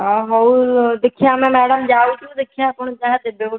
ହଁ ହଉ ଦେଖିବା ଆମେ ମ୍ୟାଡ଼ାମ ଯାଉଛୁ ଦେଖିବା ଆପଣ ଯାହାଦେବେ ଗୋଟେ ଆଉ